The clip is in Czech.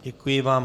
Děkuji vám.